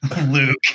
Luke